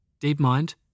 DeepMind